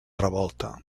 revolta